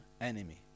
enemy